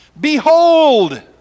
Behold